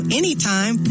anytime